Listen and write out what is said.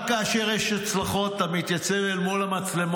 רק כאשר יש הצלחות, אתה מתייצב אל מול המצלמות